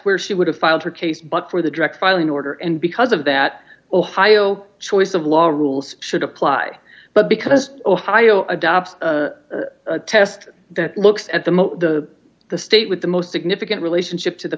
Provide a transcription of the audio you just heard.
where she would have filed her case but for the direct filing order and because of that ohio choice of law rules should apply but because ohio adopts a test that looks at the most the the state with the most significant relationship to the